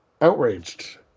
Outraged